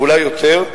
ואולי יותר,